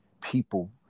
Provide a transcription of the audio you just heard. people